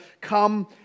come